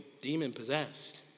demon-possessed